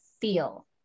feel